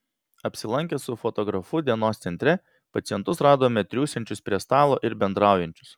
apsilankę su fotografu dienos centre pacientus radome triūsiančius prie stalo ir bendraujančius